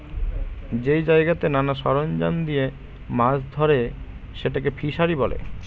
যেই জায়গাতে নানা সরঞ্জাম দিয়ে মাছ ধরে সেটাকে ফিসারী বলে